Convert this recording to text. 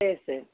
சரி சரி